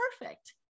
perfect